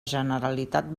generalitat